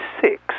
six